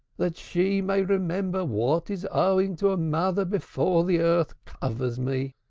that she may remember what is owing to a mother before the earth covers me.